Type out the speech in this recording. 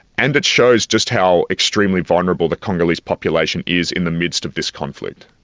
and it shows just how extremely vulnerable the congolese population is in the midst of this conflict.